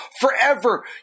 forever